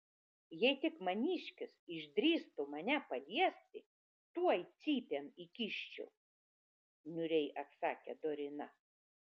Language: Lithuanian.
jei tik maniškis išdrįstų mane paliesti tuoj cypėn įkiščiau niūriai atsakė dorina